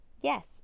Yes